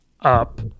up